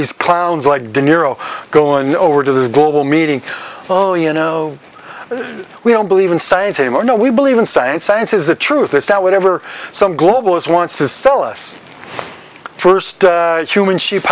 these clowns like deniro go on over to the global meeting oh you know we don't believe in science anymore no we believe in science science is the truth is that whatever some globalist wants to sell us first human sheep